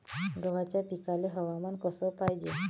गव्हाच्या पिकाले हवामान कस पायजे?